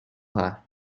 her